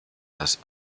das